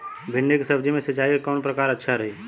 भिंडी के सब्जी मे सिचाई के कौन प्रकार अच्छा रही?